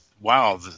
wow